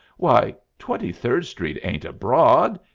why, twenty-third street ain't abroad!